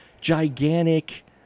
gigantic